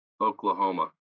Oklahoma